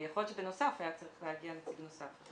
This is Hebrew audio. יכול להיות שבנוסף היה צריך להגיע נציג נוסף,